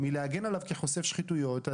להגן עליו כחושף שחיתויות,